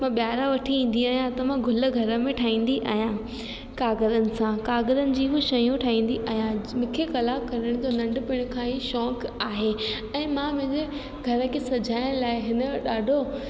मां ॿाहिरां वठी ईंदी आहिंयां त मां गुल घर में ठाहींदी आहियां काग़रनि सां काग़रनि जी बि शयूं ठाहींदी आहियां मूंखे कला करण त नंढपण खां ई शौक़ु आहे ऐं मां मुंहिंजे घर खे सॼाइण लाइ हिन जो ॾाढो